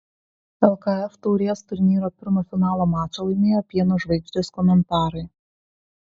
lkf taurės turnyro pirmą finalo mačą laimėjo pieno žvaigždės komentarai